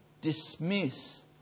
dismiss